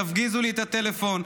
תפגיזו לי את הטלפון.